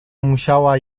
musiała